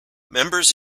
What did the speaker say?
members